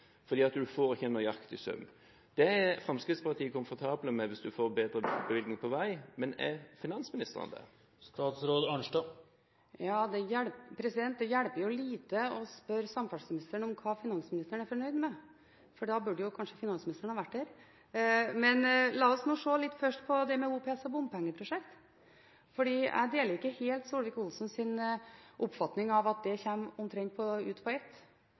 fordi en ikke får en nøyaktig sum. Det er vi i Fremskrittspartiet komfortable med, hvis en får bedre bevilgning til vei, men da er spørsmålet: Er finansministeren det? Det hjelper lite å spørre samferdselsministeren om hva finansministeren er fornøyd med, da burde kanskje finansministeren ha vært her. Men la oss nå først se litt på dette med OPS-prosjekter og bompengeprosjekter, for jeg deler ikke helt Solvik-Olsens oppfatning av at det kommer omtrent ut på ett.